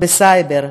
בסייבר,